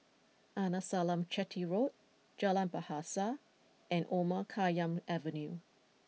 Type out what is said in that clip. Arnasalam Chetty Road Jalan Bahasa and Omar Khayyam Avenue